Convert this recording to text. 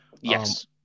Yes